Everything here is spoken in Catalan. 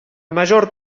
major